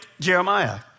Jeremiah